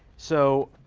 so